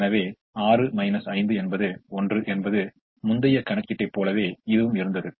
எனவே இங்கே 1 ஐ பொருத்துவது உண்மையில் நமக்கு ஒரு சிறந்த லாபத்தை அளிக்கும் மேலும் செலவைக் குறைக்கும் என்பதை நம்மால் உணர முடிகிறது